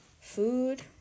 Food